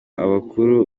abakuru